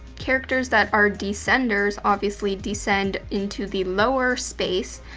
characters that are descenders, obviously descend into the lower space,